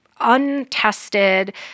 untested